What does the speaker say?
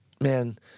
man